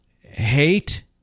hate